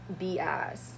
BS